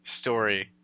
story